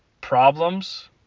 problems